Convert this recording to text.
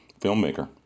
filmmaker